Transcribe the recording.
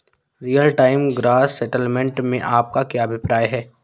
Real time gross settlement से आपका क्या अभिप्राय है?